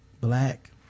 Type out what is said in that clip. black